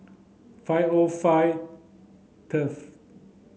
five O five